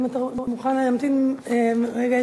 אם אתה מוכן להמתין רגע,